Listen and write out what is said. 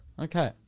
Okay